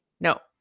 No